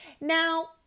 Now